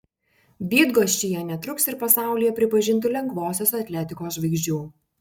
bydgoščiuje netrūks ir pasaulyje pripažintų lengvosios atletikos žvaigždžių